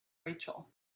rachel